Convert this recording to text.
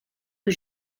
que